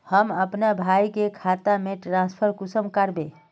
हम अपना भाई के खाता में ट्रांसफर कुंसम कारबे?